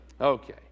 Okay